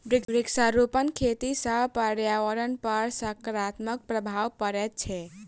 वृक्षारोपण खेती सॅ पर्यावरणपर सकारात्मक प्रभाव पड़ैत छै